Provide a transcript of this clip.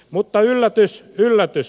mutta yllätys yllätys